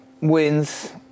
wins